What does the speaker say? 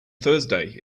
thursday